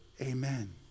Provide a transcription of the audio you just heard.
Amen